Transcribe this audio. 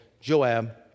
Joab